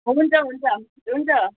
हुन्छ हुन्छ हुन्छ